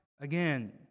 again